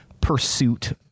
pursuit